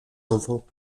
enfants